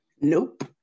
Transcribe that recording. Nope